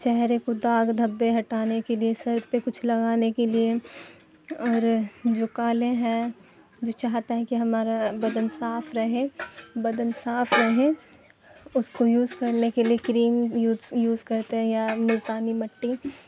چہرے کو داغ دھبے ہٹانے کے لیے سر پہ کچھ لگانے کے لیے اور جو کالے ہیں جو چاہتا ہے کہ ہمارا بدن صاف رہے بدن صاف رہے اس کو یوز کرنے کے لیے کریم یوز یوز کرتے ہیں یا ملتانی مٹی